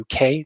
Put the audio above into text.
UK